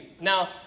Now